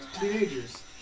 teenagers